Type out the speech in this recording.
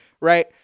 right